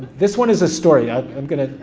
this one is a story, ah i'm gonna,